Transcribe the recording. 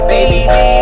Baby